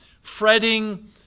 fretting